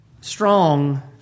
strong